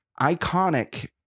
iconic